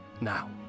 now